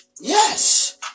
Yes